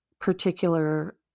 particular